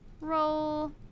Roll